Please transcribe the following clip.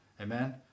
Amen